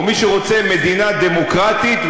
או מי שרוצה מדינה דמוקרטית,